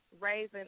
raising